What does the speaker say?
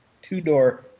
two-door